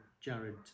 Jared